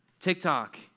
TikTok